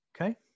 Okay